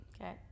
Okay